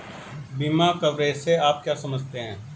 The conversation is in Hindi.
बीमा कवरेज से आप क्या समझते हैं?